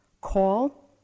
Call